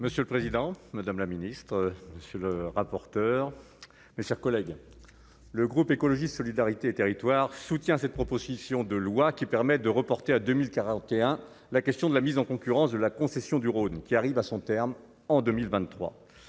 Monsieur le président, madame la ministre, monsieur le rapporteur, mes chers collègues, le groupe écologiste solidarité territoire soutient cette proposition de loi qui permet de reporter à 2041 la question de la mise en concurrence de la concession du Rhône qui arrive à son terme en 2023,